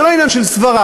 זה לא עניין של סברה,